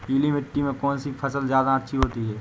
पीली मिट्टी में कौन सी फसल ज्यादा अच्छी होती है?